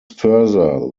further